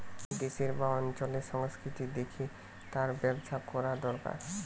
দেশের বা অঞ্চলের সংস্কৃতি দেখে তার ব্যবসা কোরা দোরকার